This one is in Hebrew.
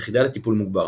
יחידה לטיפול מוגבר